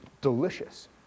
delicious